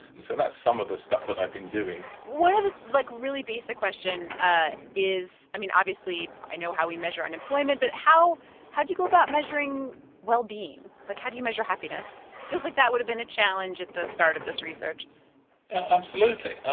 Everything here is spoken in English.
and so that's some of the stuff that i've been doing one of the, like, really basic question ah is i mean, obviously, i know how we measure unemployment, but how how do you go about measuring well-being? like, how do you measure happiness? feels like that would've been a challenge at the start of this research absolutely.